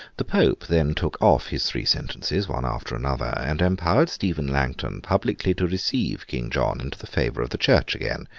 the pope then took off his three sentences, one after another, and empowered stephen langton publicly to receive king john into the favour of the church again,